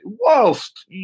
whilst